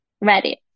Ready